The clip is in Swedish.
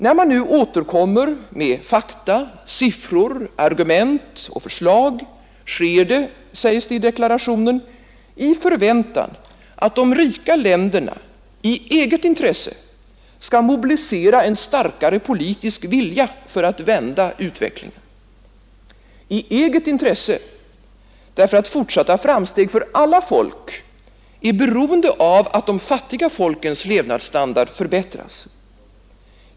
När man nu återkommer med fakta, siffror, argument och förslag, sker det — sägs det i deklarationen — i förväntan att de rika länderna i eget intresse skall mobilisera en starkare politisk vilja för att vända utvecklingen — i eget intresse, därför att fortsatta framsteg för alla folk är beroende av att de fattiga folkens levnadsstandard förbättras.